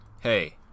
Hey